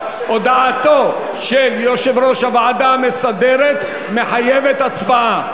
הודעתו של יושב-ראש הוועדה המסדרת מחייבת הצבעה.